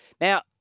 Now